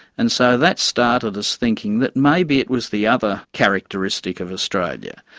and so that started us thinking that maybe it was the other characteristic of australia,